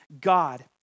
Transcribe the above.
God